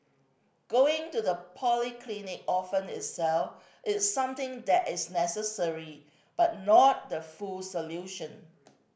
going to the polyclinic often itself is something that is necessary but not the full solution